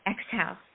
exhale